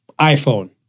iPhone